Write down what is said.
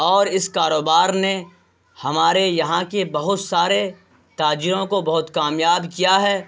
اور اس کاروبار نے ہمارے یہاں کے بہت سارے تاجروں کو بہت کامیاب کیا ہے